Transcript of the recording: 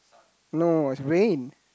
no it's rain